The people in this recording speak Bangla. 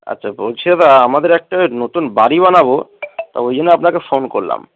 আচ্ছা বলছি দাদা আমাদের একটা নতুন বাড়ি বানাবো তা ওই জন্য আপনাকে ফোন করলাম